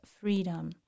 Freedom